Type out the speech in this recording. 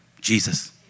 Jesus